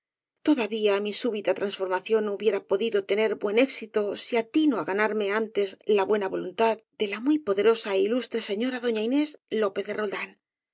todavía mi sú bita transformación hubiera podido tener buen éxito si atino á ganarme antes la buena voluntad de la muy poderosa é ilustre señora doña inés lópez de roldan